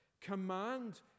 command